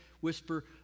whisper